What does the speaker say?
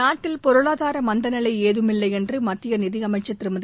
நாட்டில் பொருளாதார மந்தநிலை ஏதுமில்லை என்று மத்திய நிதியமைச்சர் திருமதி